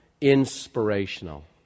Inspirational